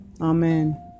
Amen